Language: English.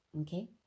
Okay